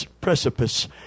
precipice